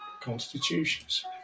Constitutions